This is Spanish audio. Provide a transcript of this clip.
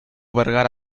vergara